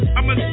I'ma